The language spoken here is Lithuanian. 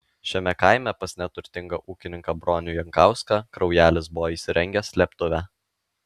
šiame kaime pas neturtingą ūkininką bronių jankauską kraujelis buvo įsirengęs slėptuvę